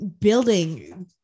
building